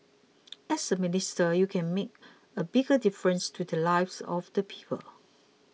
as a minister you can make a bigger difference to the lives of the people